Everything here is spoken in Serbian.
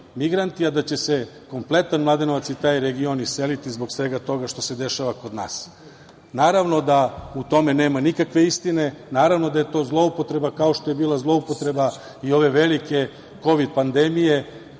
migranti, a da će se kompletan Mladenovac i taj region iseliti zbog svega toga što se dešava kod nas. Naravno da u tome nema nikakve istine, naravno da je to zloupotreba, kao što je bila zloupotreba i ove velike kovid pandemije